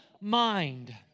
mind